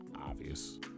obvious